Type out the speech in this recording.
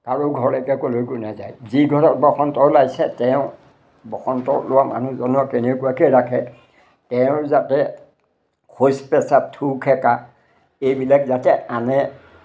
কাৰো ঘৰলৈকে ক'লৈকো নাযায় যি ঘৰত বসন্ত ওলাইছে তেওঁ বসন্ত ওলোৱা মানুহজনক কেনেকুৱাকৈ ৰাখে তেওঁৰ যাতে শৌচ পেচাব থু খেকাৰ এইবিলাক যাতে আনে